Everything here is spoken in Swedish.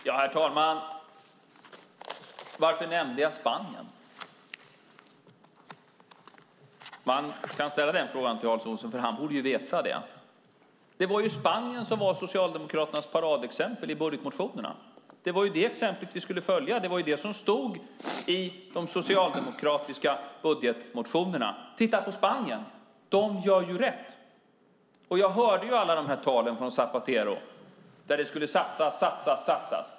Herr talman! Varför nämnde jag Spanien? Man kan ställa den frågan till Hans Olsson, för han borde veta svaret. Det var ju Spanien som var Socialdemokraternas paradexempel i budgetmotionerna. Det var det exemplet vi skulle följa. Det var det som stod i de socialdemokratiska budgetmotionerna: Titta på Spanien, de gör ju rätt! Jag hörde alla tal från Zapatero, där det skulle satsas och satsas.